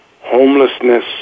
homelessness